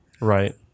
Right